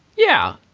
yeah.